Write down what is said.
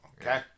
Okay